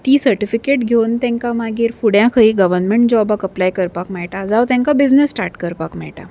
ती सर्टिफिकेट घेवन तेंकां मागीर फुड्यां खंयी गवर्मेंट जॉबाक अप्लाय करपाक मेळटा जंय तेंकां बिझनस स्टार्ट करपाक मेळटा